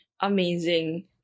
amazing